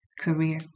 career